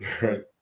Right